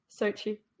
Sochi